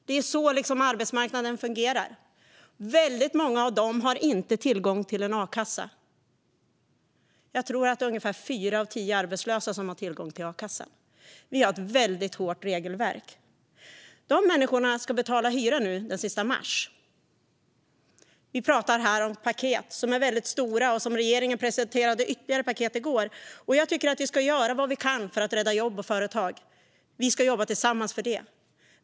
Det är så arbetsmarknaden fungerar. Väldigt många av dem har inte tillgång till en a-kassa. Jag tror att ungefär fyra av tio arbetslösa har tillgång till a-kassa. Vi har ett mycket hårt regelverk. Dessa människor ska nu betala sin hyra den sista mars. Vi talar här om paket som är väldigt stora, och regeringen presenterade ytterligare paket i går. Jag tycker att vi ska göra vad vi kan för att rädda jobb och företag. Vi ska jobba tillsammans för det.